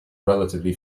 relatively